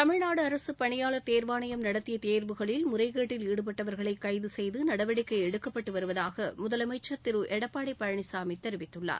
தமிழ்நாடு அரசு பணியாளர் தேர்வாணையம் நடத்திய தேர்வுகளில் முறைகேட்டில் ஈடுபட்டவர்களை கைது செய்து நடவடிக்கை எடுக்கப்பட்டு வருவதாக முதலமைச்சர் திரு எடப்பாடி பழனிசாமி தெரிவித்துள்ளார்